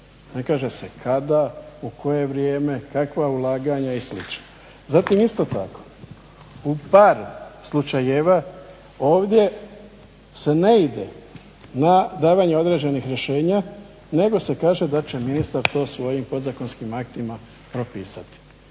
Ne kaže se kada, u koje vrijeme, kakva ulaganja i sl. Zatim isto tako, u par slučajeva ovdje se ne ide na davanje određenih rješenja, nego se kaže da će ministar to svojim podzakonskim aktima propisati.